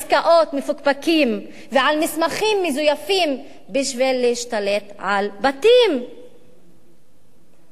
להבהרת זכויות האדם בשטחים הכבושים יש משמעות נוספת על המשמעות של